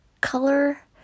color